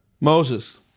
Moses